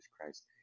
Christ